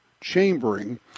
Chambering